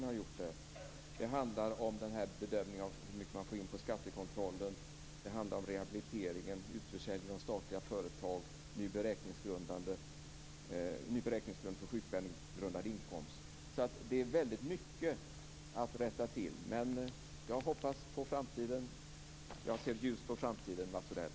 Vidare handlar det om bedömningen av hur mycket man får in på skattekontrollen, om rehabiliteringen, utförsäljningen av statliga företag och ny beräkningsgrund för sjukpenninggrundad inkomst. Så det är väldigt mycket att rätta till. Men jag hoppas på framtiden. Jag ser ljust på framtiden, Mats Odell.